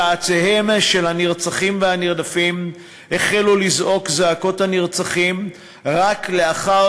צאצאיהם של הנרצחים והנרדפים החלו לזעוק את זעקות הנרצחים רק לאחר